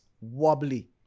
wobbly